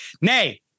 Nay